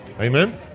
Amen